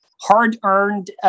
hard-earned